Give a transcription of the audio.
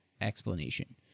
explanation